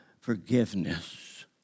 forgiveness